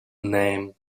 name